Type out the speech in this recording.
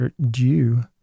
due